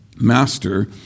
master